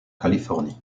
californie